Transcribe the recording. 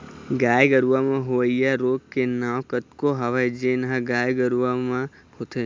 गाय गरूवा म होवइया रोग के नांव कतको हवय जेन ह गाय गरुवा म होथे